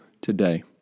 today